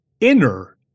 inner